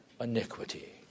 iniquity